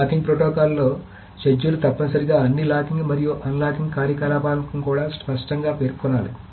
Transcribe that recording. locking protocol లో schedule తప్పనిసరిగా అన్ని లాకింగ్ మరియు అన్లాకింగ్ కార్యకలాపాలను కూడా స్పష్టంగా పేర్కొనాలి